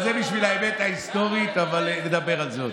זה בשביל האמת ההיסטורית, אבל נדבר על זה עוד.